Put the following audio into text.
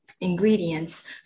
ingredients